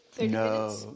No